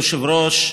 אדוני היושב-ראש,